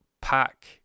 Pack